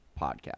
podcast